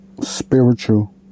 Spiritual